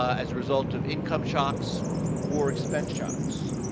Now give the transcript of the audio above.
as a result of income shocks or expense shocks.